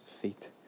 feet